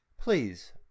please